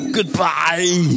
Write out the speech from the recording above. Goodbye